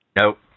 Nope